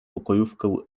pokojówkę